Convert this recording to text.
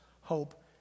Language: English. hope